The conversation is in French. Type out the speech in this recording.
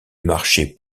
marchaient